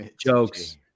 jokes